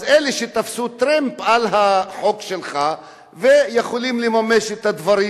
זה אלה שתפסו טרמפ על החוק שלך ויכולים לממש את הדברים,